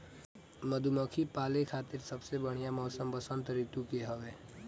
मधुमक्खी पाले खातिर सबसे बढ़िया मौसम वसंत ऋतू के हवे